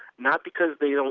not because they don't